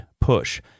push